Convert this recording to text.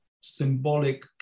symbolic